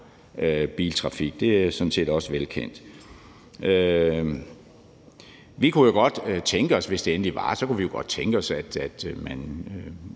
biltrafik. Det er sådan set også velkendt. Hvis det endelig var, kunne vi jo godt tænke os, at de